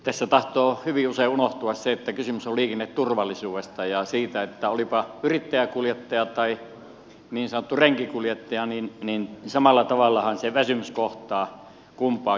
tässä tahtoo hyvin usein unohtua se että kysymys on liikenneturvallisuudesta ja siitä että olipa yrittäjäkuljettaja tai niin sanottu renkikuljettaja niin samalla tavallahan se väsymys kohtaa kumpaakin